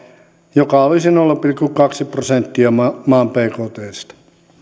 joka olisi nolla pilkku kaksi prosenttia maan maan bktsta